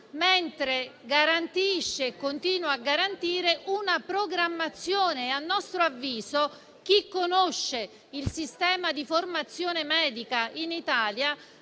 mentre garantisce e continua a garantire una programmazione. A nostro avviso, chi conosce il sistema di formazione medica in Italia